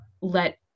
let